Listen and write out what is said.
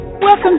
Welcome